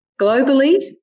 Globally